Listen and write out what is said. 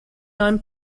nine